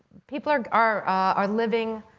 people are are are living